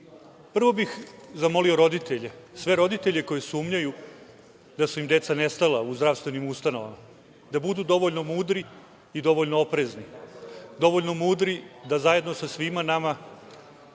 bih zamolio sve roditelje koji sumnjaju da su im deca nestala u zdravstvenim ustanovama, da budu dovoljno mudri, i dovoljno oprezni. Dovoljno mudri da zajedno sa nama